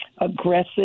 aggressive